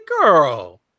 girl